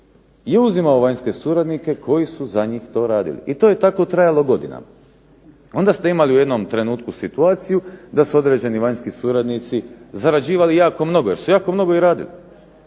je uzimao vanjske suradnike koji su za njih to radili i to je tako trajalo godinama. Onda ste imali u jednom trenutku situaciju da su određeni vanjski suradnici zarađivali jako mnogo jer su jako mnogo i radili.